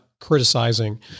criticizing